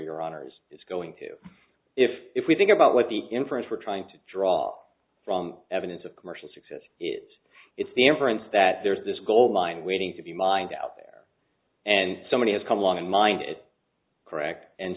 honour's is going to if if we think about what the inference we're trying to draw from evidence of commercial success it's it's the inference that there's this goal line waiting to be mined out there and so many have come along and mind it correct and